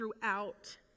throughout